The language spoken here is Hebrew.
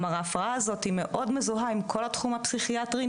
כלומר ההפרעה הזאת היא מאוד מזוהה עם כל התחום הפסיכיאטרים,